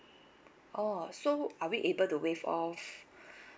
oh so are we able to waive off